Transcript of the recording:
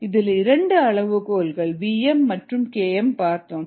இதில் 2 அளவுகோல்கள் vm மற்றும் Km பார்த்தோம்